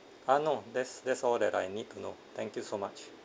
ah no that's that's all that I need to know thank you so much